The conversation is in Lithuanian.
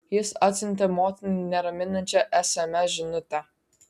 jis atsiuntė motinai neraminančią sms žinutę